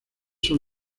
son